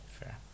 Fair